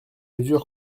mesure